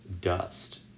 dust